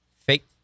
fake